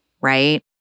right